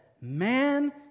man